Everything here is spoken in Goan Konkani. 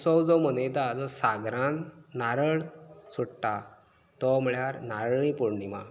उत्सव जो मनयता जो सागरान नारळ सोडटा तो म्हळ्यार नारळी पोर्णिमा